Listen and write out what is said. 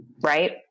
right